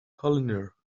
collinear